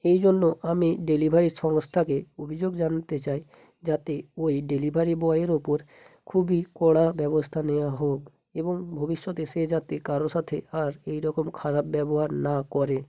এই জন্য আমি ডেলিভারি সংস্থাকে অভিযোগ জানতে চাই যাতে ওই ডেলিভারি বয়ের উপর খুবই কড়া ব্যবস্থা নেওয়া হোক এবং ভবিষ্যতে সে যাতে কারোর সাথে আর এই রকম খারাপ ব্যবহার না করে